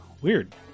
Weird